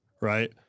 right